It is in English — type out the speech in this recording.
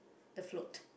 the float